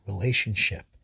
relationship